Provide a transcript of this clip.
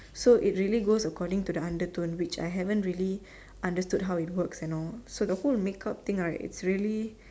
so it really goes according to the undertone which I haven't really understood how it works and all so the whole make up thing right it's really